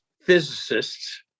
physicists